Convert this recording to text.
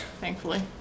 Thankfully